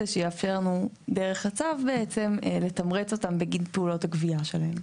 שיאפשר לנו דרך הצו לתמרץ אותם בגין פעולות הגבייה שלהם.